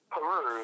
Peru